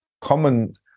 common